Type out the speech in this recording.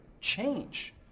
change